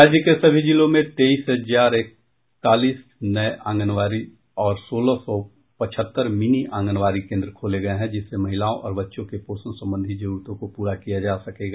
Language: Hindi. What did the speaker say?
राज्य के सभी जिलों में तेईस हजार एकतालीस नये आंगनबाड़ी और सोलह सौ पचहत्तर मिनी आंगनबाड़ी केन्द्र खोले गये हैं जिससे महिलाओं और बच्चों के पोषण संबंधी जरूरतों को पूरा किया जा सकेगा